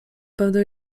będę